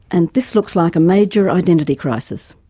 and this looks like a major identity crisis.